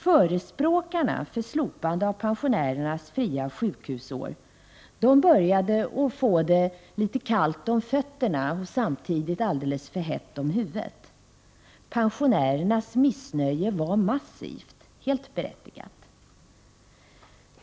Förespråkarna för slopandet av pensionärernas fria sjukhusår började få det litet kallt om fötterna och samtidigt alldeles för hett om huvudet. Pensionärerna visade ett massivt missnöje — helt berättigat.